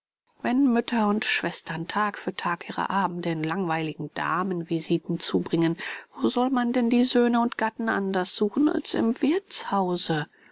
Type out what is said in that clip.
wenn mütter und schwestern tag für tag ihre abende in langweiligen damenvisiten zubringen wo soll man denn die söhne und gatten anders suchen als im wirthshause